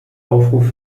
aufruf